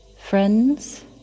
friends